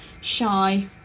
shy